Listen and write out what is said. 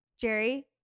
Jerry—